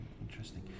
interesting